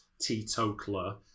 teetotaler